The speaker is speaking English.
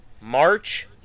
March